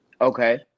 Okay